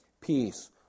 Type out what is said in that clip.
peace